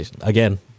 again